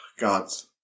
God's